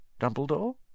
Dumbledore